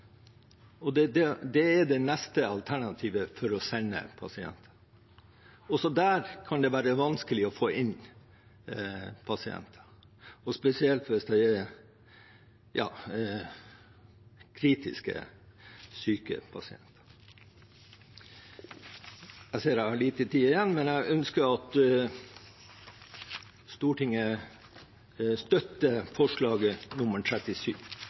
Kirkenes og Tromsø, det er det neste alternativet for å sende pasienter. Også der kan det være vanskelig å få inn pasienter, spesielt hvis de er kritisk syke. Jeg ser jeg har lite tid igjen, men jeg ønsker at Stortinget støtter forslag nr. 37,